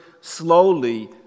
slowly